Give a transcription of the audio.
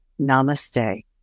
namaste